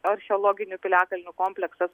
archeologinių piliakalnių kompleksas